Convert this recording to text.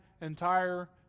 entire